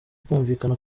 kumvikana